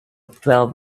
twelve